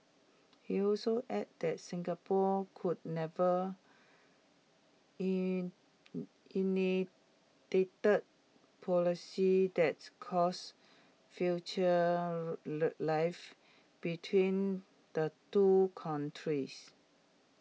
he also added that Singapore could never in policies that cause future life between the two countries